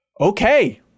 okay